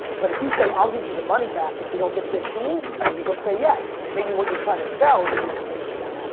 but if you say, i'll give you the money back if you don't get fifteen, maybe he'll say yes. maybe what you're trying to sell isn't interesting to them.